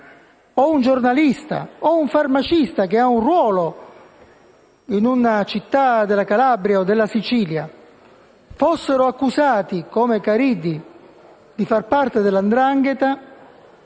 o un giornalista, o un farmacista che hanno un ruolo in una città della Calabria o della Sicilia fossero accusati, come Caridi, di far parte della 'ndrangheta,